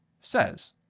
says